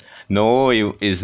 no you is not him it's start 的朋友人